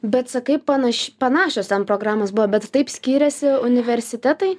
bet sakai panaš panašios programos buvo bet taip skyrėsi universitetai